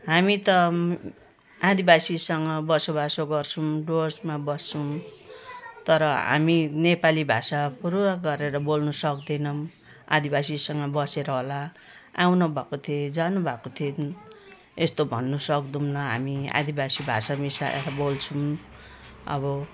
हामी त आदिवासीसँग बसोबासो गर्छौँ डुअर्समा बस्छौँ तर हामी नेपाली भाषा फुरुरु गरेर बोल्नु सक्दैनौँ आदिवासीसँग बसेर होला आउनुभएको थियो जानुभएको थिएन यस्तो भन्नु सक्दैनौँ हामी आदिवासी भाषा मिसाएर बोल्छौँ अब